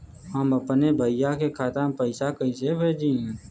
हम अपने भईया के खाता में पैसा कईसे भेजी?